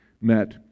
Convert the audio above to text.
met